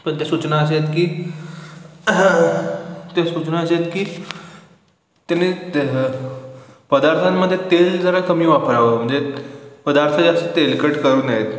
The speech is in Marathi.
पण त्या सूचना अशा आहेत की त्या सूचना अशा आहेत की त्यानी पदार्थांमध्ये तेल जरा कमी वापरावं म्हणजे पदार्थ जास्त तेलकट करू नयेत